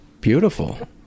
beautiful